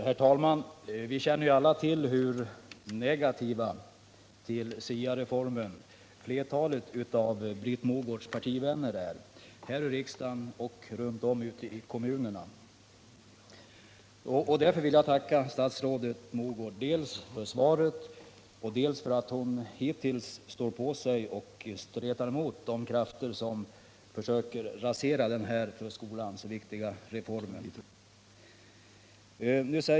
Herr talman! Vi känner ju alla till hur negativa till SIA-reformen flertalet av Britt Mogårds partivänner är — här i riksdagen och ute i kommunerna. Därför vill jag tacka statsrådet Mogård dels för svaret, dels för att hon hittills stått på sig och stretat emot de krafter som försöker rasera den här för skolan så viktiga reformen.